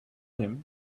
him